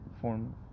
form